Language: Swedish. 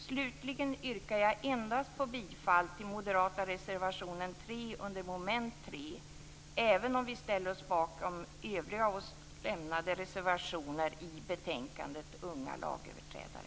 Slutligen yrkar jag bifall endast till den moderata reservationen 3 under mom. 3, även om vi ställer oss bakom övriga av oss lämnade reservationer till betänkandet Unga lagöverträdare.